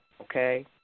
okay